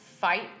fight